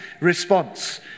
response